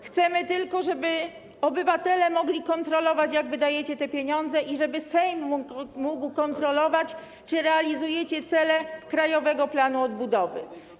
Chcemy tylko, żeby obywatele mogli kontrolować, jak wydajecie te pieniądze, i żeby Sejm mógł kontrolować, czy realizujecie cele Krajowego Planu Odbudowy.